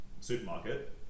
supermarket